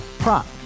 Prop